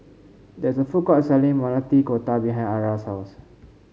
there is a food court selling Maili Kofta behind Arra's house